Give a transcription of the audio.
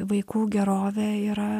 vaikų gerovė yra